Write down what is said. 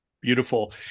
Beautiful